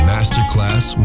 Masterclass